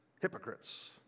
hypocrites